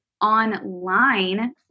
online